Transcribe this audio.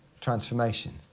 transformation